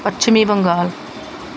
ਪੱਛਮੀ ਬੰਗਾਲ